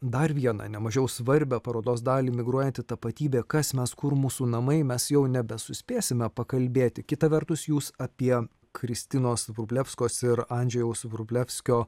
dar vieną nemažiau svarbią parodos dalį migruojanti tapatybė kas mes kur mūsų namai mes jau nebesuspėsime pakalbėti kita vertus jūs apie kristinos vrublevskos ir andžejaus vrublevskio